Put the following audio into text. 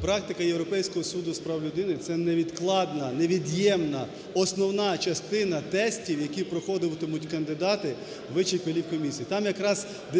Практика Європейського суду з прав людини – це невідкладна, невід'ємна, основна частина тестів, які проходитимуть кандидати у